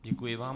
Děkuji vám.